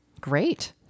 Great